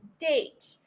date